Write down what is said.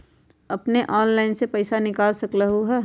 अपने ऑनलाइन से पईसा निकाल सकलहु ह?